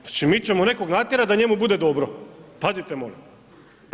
Znači mi ćemo nekog natjerati da njemu bude dobro, pazite molim vas.